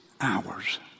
hours